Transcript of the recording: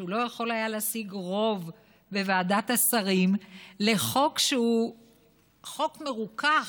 שהוא לא יכול היה להשיג רוב בוועדת השרים לחוק שהוא חוק מרוכך,